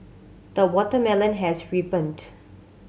the watermelon has ripened